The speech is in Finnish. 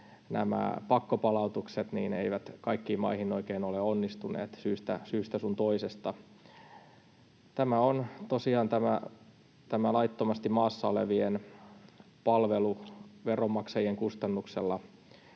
nämä pakkopalautukset eivät kaikkiin maihin oikein ole onnistuneet syystä sun toisesta. Tämä laittomasti maassa olevien palvelu veronmaksajien kustannuksella